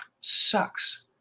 sucks